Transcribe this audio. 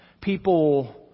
People